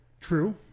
True